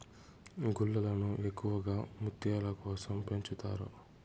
గుల్లలను ఎక్కువగా ముత్యాల కోసం పెంచుతారు